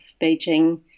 Beijing